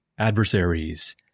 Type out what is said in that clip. Adversaries